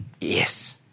Yes